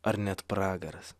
ar net pragaras